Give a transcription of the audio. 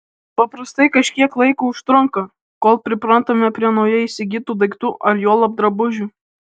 paprastai kažkiek laiko užtrunka kol priprantame prie naujai įsigytų daiktų ar juolab drabužių